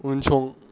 उनसं